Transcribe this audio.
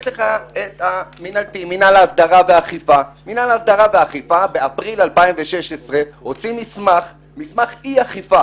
יש לך את מינהל ההסדרה והאכיפה שבאפריל 2016 הוציא מסמך אי-אכיפה,